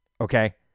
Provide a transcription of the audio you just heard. Okay